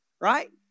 Right